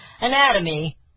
anatomy